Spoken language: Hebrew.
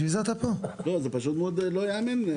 זה פשוט לא ייאמן.